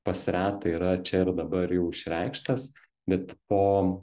pas retą yra čia ir dabar jau išreikštas bet po